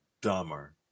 Dumber